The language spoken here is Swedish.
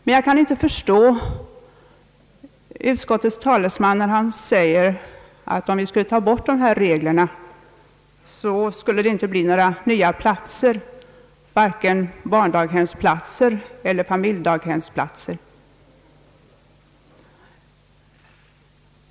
Men jag kan inte förstå utskottets talesman när han säger, att om vi skulle ta bort dessa regler, så skulle det inte bli några nya platser, vare sig barndaghemsplatser eller familjedaghemsplatser.